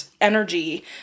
energy